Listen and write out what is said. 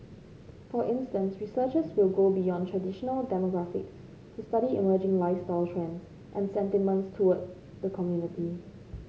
for instance researchers will go beyond traditional demographics to study emerging lifestyle trends and sentiments towards the community